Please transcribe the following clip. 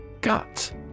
gut